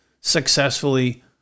successfully